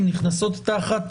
נכנסות תחת